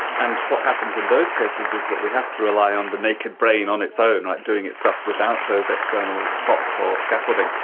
and what happens in those cases is that we have to rely on the naked brain on its own, like doing its stuff without those external props or scaffolding,